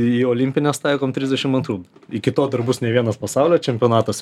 į olimpines taikom trisdešim antrų iki to dar bus ne vienas pasaulio čempionatas